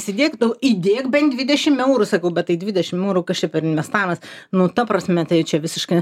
sidėk tu įdėk bent dvidešim eurų sakau bet tai dvidešim eurų kas čia per investavimas nu ta prasme tai čia visiška